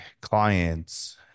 clients